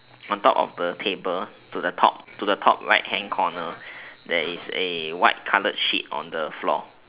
on top of the table to the top to the top right hand corner there is a white coloured sheet on the floor